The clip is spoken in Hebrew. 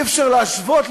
אי-אפשר להשוות,